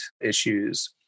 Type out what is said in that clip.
issues